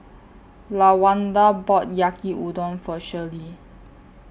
Lawanda bought Yaki Udon For Shirlie